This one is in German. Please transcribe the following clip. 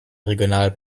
regional